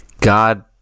God